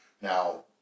Now